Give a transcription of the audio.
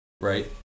right